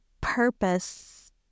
purpose